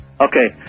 Okay